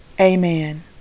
Amen